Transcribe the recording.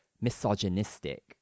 misogynistic